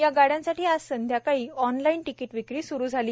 या गाड्यांसाठी आज संध्याकाळी ऑनलाईन तिकिट विक्री स्रू झाली